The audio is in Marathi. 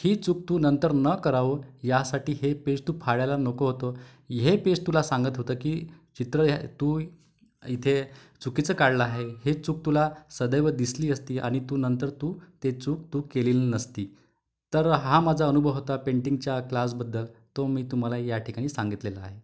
ही चूक तू नंतर नं करावं यासाठी हे पेज तू फाडायला नको होतं हे पेज तुला सांगत होतं की चित्र हे तू इथे चुकीचं काढलं आहे हे चूक तुला सदैव दिसली असती आणि तू नंतर तू ते चूक तू केलेली नसती तर हा माझा अनुभव होता पेंटिंगच्या क्लासबद्दल तो मी तुम्हाला या ठिकाणी सांगितलेला आहे